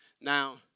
Now